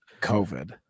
COVID